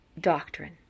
doctrine